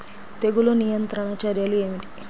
తెగులు నియంత్రణ చర్యలు ఏమిటి?